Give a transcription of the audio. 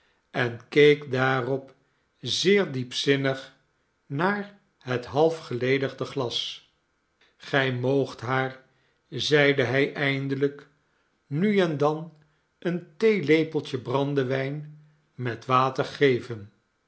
en keek daarop zeer diepzinnig naar het half geledigde glas gij moogt haar zeide hij eindelijk nu en dan een theelepeltje brandewijn met water geven